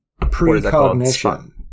Precognition